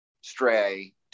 stray